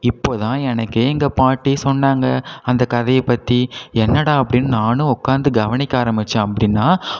இப்போ தான் எனக்கே எங்கள் பாட்டி சொன்னாங்க அந்த கதையை பற்றி என்னடா அப்படின்னு நானும் உட்காந்து கவனிக்க ஆரமிச்சேன் அப்படின்னா